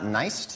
nice